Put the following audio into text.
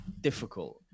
difficult